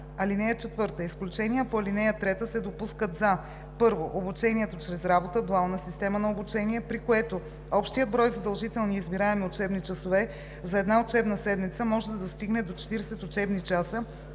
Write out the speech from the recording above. така: „(4) Изключения по ал. 3 се допускат за: 1. обучението чрез работа (дуална система на обучение), при което общият брой задължителни и избираеми учебни часове за една учебна седмица може да достигне до 40 учебни часа,